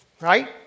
Right